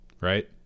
right